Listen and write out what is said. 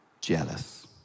jealous